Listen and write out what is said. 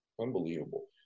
Unbelievable